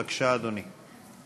בבקשה, אדוני.